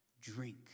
drink